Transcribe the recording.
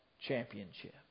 championship